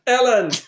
Ellen